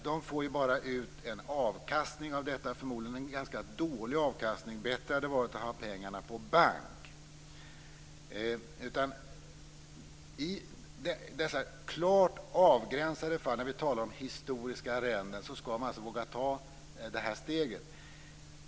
De får bara ut en avkastning, förmodligen en ganska dålig avkastning. Bättre hade varit att ha pengarna på bank. I dessa klart avgränsade fall när vi talar om historiska arrenden skall man alltså våga ta det här steget.